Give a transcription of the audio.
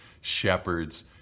shepherds